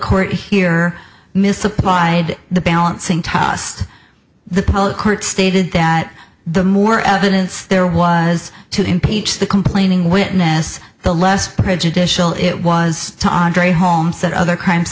court here misapplied the balancing tossed the public court stated that the more evidence there was to impeach the complaining witness the less prejudicial it was to andrea holmes that other crimes